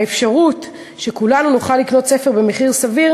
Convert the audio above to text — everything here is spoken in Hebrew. האפשרות שכולנו נוכל לקנות ספר במחיר סביר